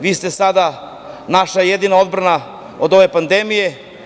Vi ste sada naša jedina odbrana od ove pandemije.